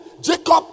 Jacob